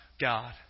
God